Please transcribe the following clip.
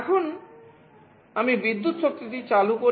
এখন আমি বিদ্যুৎ শক্তিটি চালু করি